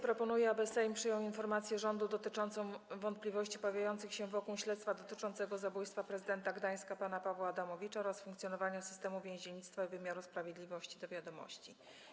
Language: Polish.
Proponuję, aby Sejm przyjął informację rządu dotyczącą wątpliwości pojawiających się wokół śledztwa dotyczącego zabójstwa prezydenta Gdańska pana Pawła Adamowicza oraz funkcjonowania systemu więziennictwa i wymiaru sprawiedliwości do wiadomości.